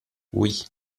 oui